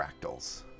fractals